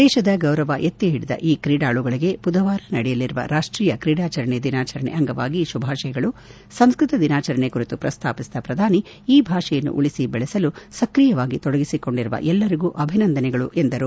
ದೇಶದ ಗೌರವ ಎತ್ತಿಹಿಡಿದ ಈ ಕ್ರೀಡಾಳುಗಳಿಗೆ ಬುಧವಾರ ನಡೆಯಲಿರುವ ರಾಷ್ಟೀಯ ಕ್ರೀಡಾಚರಣೆ ದಿನಾಚರಣೆ ಅಂಗವಾಗಿ ಶುಭಾಶಯಗಳು ಸಂಸ್ಕೃತ ದಿನಾಚರಣೆ ಕುರಿತು ಪ್ರಸ್ತಾಪಿಸಿದ ಪ್ರಧಾನಿ ಈ ಭಾಷೆಯನ್ನು ಉಳಿಸಿ ಬೆಳೆಸಲು ಸ್ಕ್ರಿಯವಾಗಿ ತೊಡಗಿಸಿಕೊಂಡಿರುವ ಎಲ್ಲರಿಗೂ ಅಭಿನಂದನೆಗಳು ಎಂದರು